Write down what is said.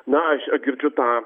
na aš girdžiu tą